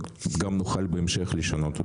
נוכל גם בהמשך לשנות אותו.